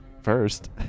First